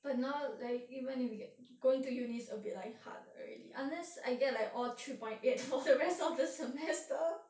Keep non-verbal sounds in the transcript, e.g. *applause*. but now like even if you get going to uni is a bit like hard already unless I get like all three point eight *laughs* for the rest of the semester